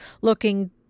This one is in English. Looking